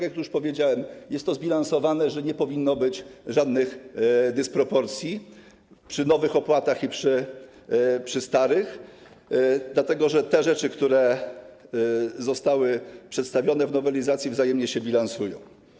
Jak już powiedziałem, jest to tak zbilansowane, że nie powinno być żadnych dysproporcji przy nowych opłatach i przy starych, dlatego że te rzeczy, które zostały przedstawione w nowelizacji, wzajemnie się bilansują.